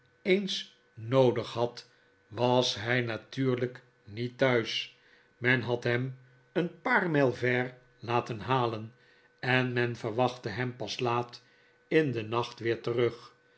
eens noodig had was hij natuurlijk niet thuis men had hem een paar mijl ver laten halen en men verwachtte hem pas laat in den nacht weer terug